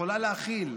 יכולה להכיל,